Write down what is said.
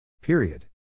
Period